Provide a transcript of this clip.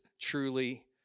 truly